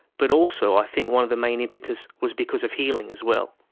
but also i think one of the main impetus was because of healing as well.